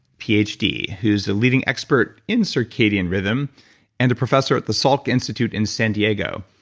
ph d, who's a leading expert in circadian rhythm and a professor at the salk institute in san diego.